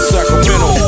Sacramento